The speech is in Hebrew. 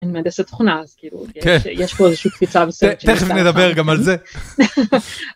‫אני מהנדסת תוכנה, ‫אז כאילו, יש פה איזושהי קפיצה בסרט. ‫תכף נדבר גם על זה.